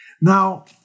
Now